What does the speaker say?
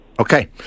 Okay